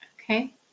Okay